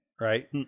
right